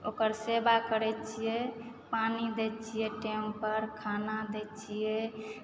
ओकर सेवा करैत छियै पानी दैत छियै टाइम पर खाना दैत छियै